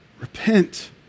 Repent